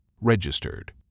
Registered